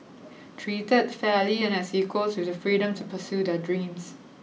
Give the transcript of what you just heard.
treated fairly and as equals with the freedom to pursue their dreams